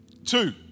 Two